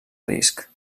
risc